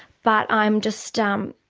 but i'm just um